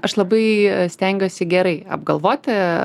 aš labai stengiuosi gerai apgalvoti